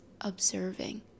observing